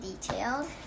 detailed